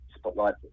Spotlight